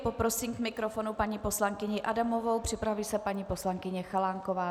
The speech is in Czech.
Poprosím k mikrofonu paní poslankyni Adamovou, připraví se paní poslankyně Chalánková.